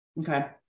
Okay